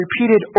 repeated